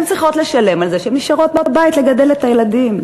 הן צריכות לשלם על זה שהן נשארות בבית לגדל את הילדים.